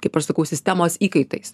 kaip aš sakau sistemos įkaitais